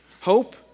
Hope